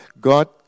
God